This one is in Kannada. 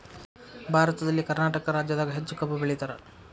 ಭಾರತದಲ್ಲಿ ಕರ್ನಾಟಕ ರಾಜ್ಯದಾಗ ಹೆಚ್ಚ ಕಬ್ಬ್ ಬೆಳಿತಾರ